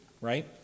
right